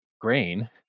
grain